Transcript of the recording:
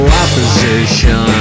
opposition